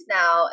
now